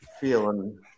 feeling